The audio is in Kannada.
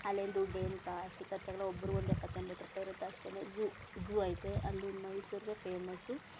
ಅಲ್ಲೇನು ದುಡ್ಡೇನು ಜಾಸ್ತಿ ಖರ್ಚಾಗಲ್ಲ ಒಬ್ರಿಗೆ ಒಂದು ಎಪ್ಪತ್ತು ಎಂಬತ್ತು ರೂಪಾಯಿ ಇರುತ್ತೆ ಅಷ್ಟೆ ಝೂ ಜೂ ಇದೆ ಅಲ್ಲಿ ಮೈಸೂರಿಗೆ ಫೇಮಸ್ಸು